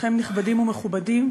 כולכם נכבדים ומכובדים,